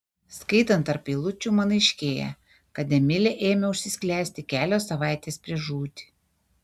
skaitant tarp eilučių man aiškėja kad emilė ėmė užsisklęsti kelios savaitės prieš žūtį